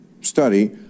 study